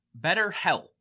BetterHelp